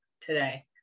today